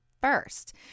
first